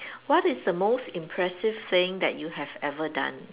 what is the most impressive thing that you have ever done